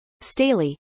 Staley